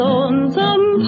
Lonesome